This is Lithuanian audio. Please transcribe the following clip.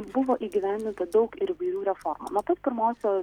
buvo įgyvendinta daug ir įvairių reformų nuo pat pirmosios